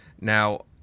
Now